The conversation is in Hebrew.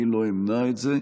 אני לא אמנע את זה.